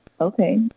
Okay